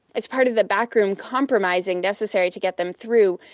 as part of the backroom compromising necessary to get them through,